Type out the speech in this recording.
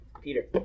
Peter